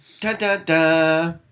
Da-da-da